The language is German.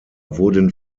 wurden